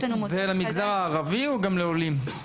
זה למגזר הערבי או גם לעולים?